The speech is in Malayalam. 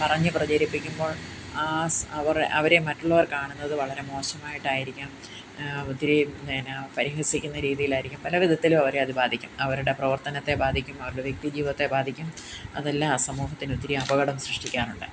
പറഞ്ഞ് പ്രചരിപ്പിക്കുമ്പോൾ ആ അവരെ മറ്റുള്ളവർ കാണുന്നത് വളരെ മോശമായിട്ടായിരിക്കാം ഒത്തിരി എന്നാ പരിഹസിക്കുന്ന രീതിയിലായിരിക്കും പല വിധത്തിലും അവരെ അത് ബാധിക്കും അവരുടെ പ്രവർത്തനത്തെ ബാധിക്കും അവരുടെ വ്യക്തി ജീവിതത്തെ ബാധിക്കും അതെല്ലാം ആ സമൂഹത്തിന് ഒത്തിരി അപകടം സൃഷ്ടിക്കാറുണ്ട്